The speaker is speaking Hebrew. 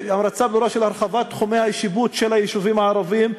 המלצה ברורה של הרחבת תחומי השיפוט של היישובים הערביים,